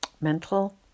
mental